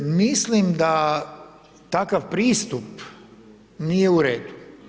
Mislim da takav pristup nije u redu.